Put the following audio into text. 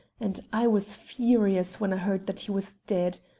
and i was furious when i heard that he was dead.